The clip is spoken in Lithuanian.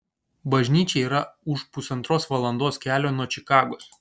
bažnyčia yra už pusantros valandos kelio nuo čikagos